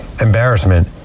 Embarrassment